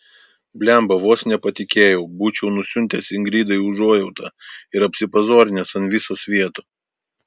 blemba vos nepatikėjau būčiau nusiuntęs ingridai užuojautą ir apsipazorinęs ant viso svieto